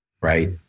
right